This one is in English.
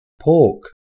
Pork